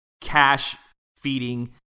cash-feeding